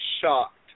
shocked